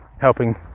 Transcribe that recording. helping